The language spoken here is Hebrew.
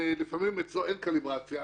לפעמים אצלו אין קליברציה,